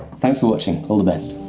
thanks for watching, all the best